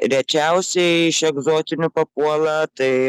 rečiausiai iš egzotinių papuola tai